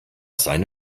seine